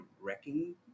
wrecking